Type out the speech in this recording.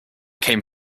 came